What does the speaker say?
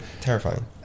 terrifying